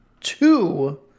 two